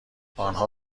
آنها